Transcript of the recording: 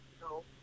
No